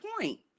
point